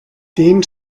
den